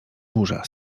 burza